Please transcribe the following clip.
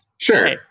sure